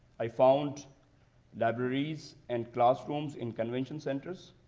i found libraries and classrooms in convention centers,